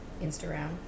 Instagram